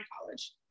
college